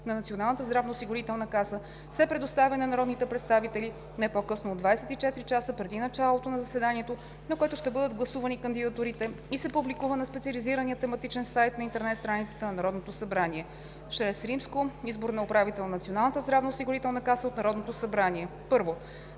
на Националната здравноосигурителна каса“ се предоставя на народните представители не по-късно от 24 часа преди началото на заседанието, на което ще бъдат гласувани кандидатурите, и се публикува на специализирания тематичен сайт на интернет страницата на Народното събрание. VI. Избор на управител на Националната здравноосигурителна каса от Народното събрание 1.